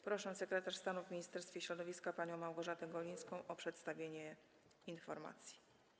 Proszę sekretarz stanu w Ministerstwie Środowiska panią Małgorzatę Golińską o przedstawienie informacji.